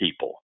people